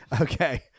Okay